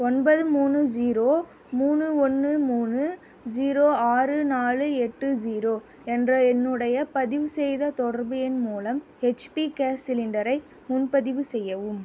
ஒன்பது மூணு ஜீரோ மூணு ஒன்று மூணு ஜீரோ ஆறு நாலு எட்டு ஜீரோ என்ற என்னுடைய பதிவு செய்த தொடர்பு எண் மூலம் ஹெச்பி கேஸ் சிலிண்டரை முன்பதிவு செய்யவும்